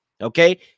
okay